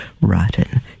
rotten